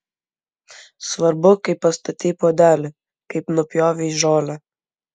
svarbu kaip pastatei puodelį kaip nupjovei žolę